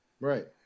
right